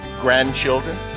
grandchildren